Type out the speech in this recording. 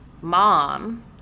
mom